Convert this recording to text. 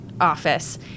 office